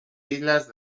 islas